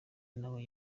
nawe